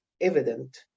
evident